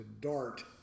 DART